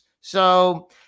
So-